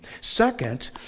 Second